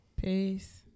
Peace